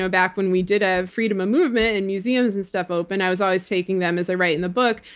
ah back when we did ah have freedom of movement and museums and stuff open, i was always taking them, as i write in the book,